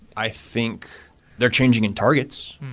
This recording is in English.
i think they're changing in targets.